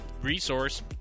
resource